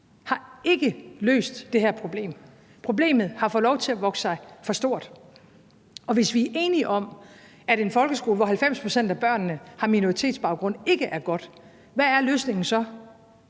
har løst det her problem. Problemet har fået lov til at vokse sig for stort, og hvis vi er enige om, at det ikke er godt med en folkeskole, hvor 90 pct. af børnene har minoritetsbaggrund, hvad er løsningen så?